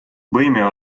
võime